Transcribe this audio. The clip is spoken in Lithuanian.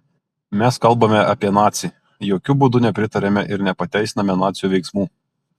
mes kalbame apie nacį jokiu būdu nepritariame ir nepateisiname nacių veiksmų